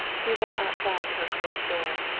he went outside to her closed door.